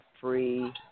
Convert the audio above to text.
free